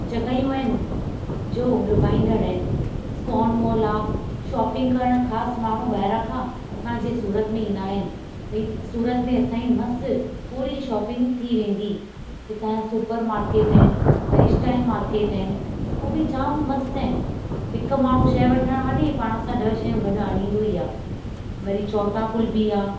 जॻहियूं आहिनि जो लुभाईंदड़ आहिनि स्कॉन मॉल आहे शॉपिंग करणु ख़ासि माण्हू ॿाहिरां खां असांजे सूरत में ईंदा आहिनि भई सूरत में असां जी मस्तु पूरी शॉपिंग थी वेंदी हितां जा सुपर मार्केट आहिनि टेक्षटाइल मार्केट आहिनि उहे बि जामु मस्तु आहिनि हिकु माण्हू शइ वठणु वञे पाण सां ॾह शयूं गॾु आणींदो ई आहे वरी छोटा पूल बि आहे